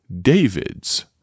David's